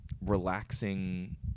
relaxing